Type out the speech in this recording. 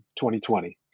2020